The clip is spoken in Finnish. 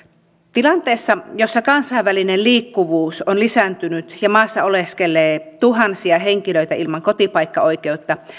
tilanteessa jossa kansainvälinen liikkuvuus on lisääntynyt ja maassa oleskelee tuhansia henkilöitä ilman kotipaikkaoikeutta